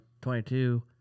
22